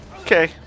Okay